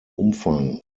umfang